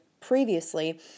previously